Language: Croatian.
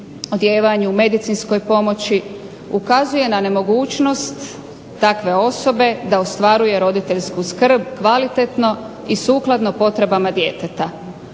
odijevanju, medicinskoj pomoći, ukazuje na nemogućnost takve osobe da ostvaruje roditeljsku skrb kvalitetno i sukladno potrebama djeteta.